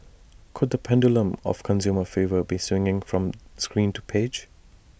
could the pendulum of consumer favour be swinging from screen to page